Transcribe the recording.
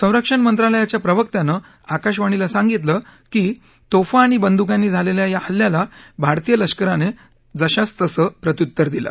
संरक्षण मंत्रालयाच्या प्रवक्त्यानं आकाशवाणीला सांगितले की तोफा आणि बंदुकांनी झालेल्या या हल्ल्याला भारतीय लष्करानं जशास तसं प्रत्युत्तर दिलं